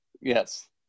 Yes